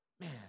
Man